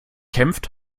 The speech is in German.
kämpft